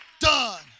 Done